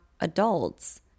adults